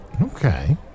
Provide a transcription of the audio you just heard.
Okay